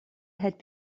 had